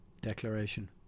declaration